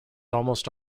almost